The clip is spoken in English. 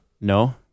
No